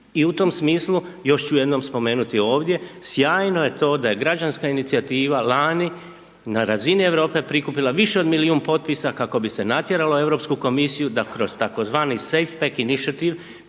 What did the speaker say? i u tom smislu, još ću jednom spomenuti ovdje, sjajno je to da je građanska inicijativa lani na razini Europe, prikupila više od milijun potpisa kako bi se natjeralo Europsku komisiju da kroz tako zvani .../Govornik